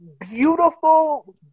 beautiful